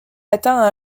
atteint